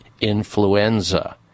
influenza